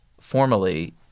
formally